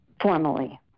formally